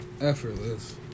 Effortless